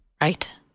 right